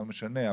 לא משנה,